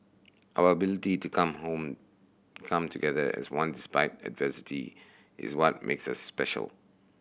our ability to come home come together as one despite adversity is what makes us special